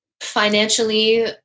financially